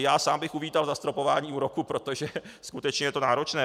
Já sám bych uvítal zastropování úroků, protože je to skutečně náročné.